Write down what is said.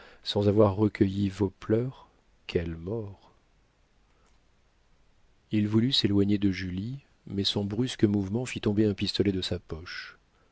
sans avoir recueilli vos pleurs quelle mort il voulut s'éloigner de julie mais son brusque mouvement fit tomber un pistolet de sa poche